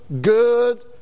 good